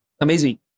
Amazing